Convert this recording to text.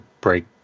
break